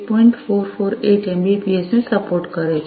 448 Mbps ને support કરે છે